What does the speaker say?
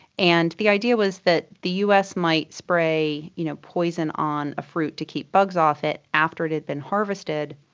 and the idea was that the us might spray you know poison on fruits to keep the bugs off it after it had been harvested,